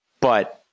but-